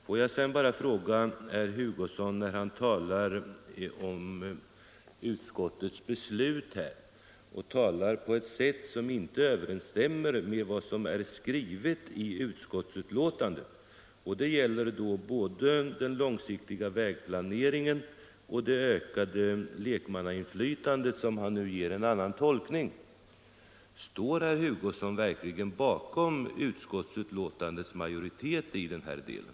Får jag sedan bara ställa en fråga till herr Hugosson, när han talar om utskottets beslut och gör uttalanden som inte överensstämmer med vad som är skrivet i utskottsbetänkandet. Det gäller då både den långsiktiga vägplaneringen och det ökade lekmannainflytandet som herr Hugosson nu ger en annan tolkning. Står herr Hugosson verkligen bakom utskottsmajoriteten i den här delen?